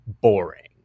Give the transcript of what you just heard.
boring